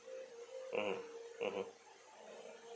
mmhmm mmhmm